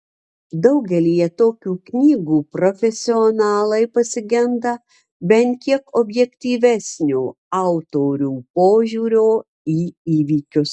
daugelyje tokių knygų profesionalai pasigenda bent kiek objektyvesnio autorių požiūrio į įvykius